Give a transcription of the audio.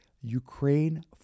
Ukraine